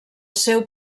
seu